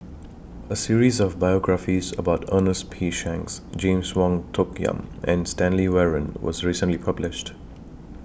A series of biographies about Ernest P Shanks James Wong Tuck Yim and Stanley Warren was recently published